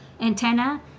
antenna